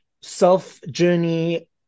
self-journey